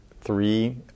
three